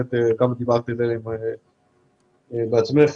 דיברת בעצמך,